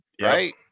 right